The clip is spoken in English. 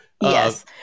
Yes